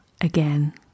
again